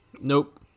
Nope